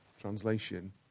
translation